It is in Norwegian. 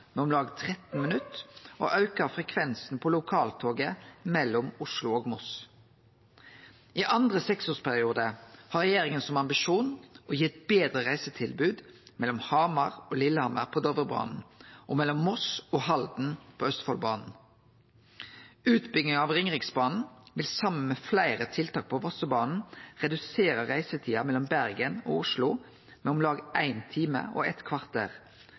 om lag 13 minutt og auke frekvensen på lokaltoget mellom Oslo og Moss. I den andre seksårsperioden har regjeringa som ambisjon å gi eit betre reisetilbod mellom Hamar og Lillehammer på Dovrebanen og mellom Moss og Halden på Østfoldbanen. Utbygging av Ringeriksbanen vil saman med fleire tiltak på Vossebanen redusere reisetida mellom Bergen og Oslo med om lag éin time og eit kvarter